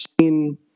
seen